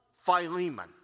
Philemon